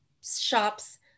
shops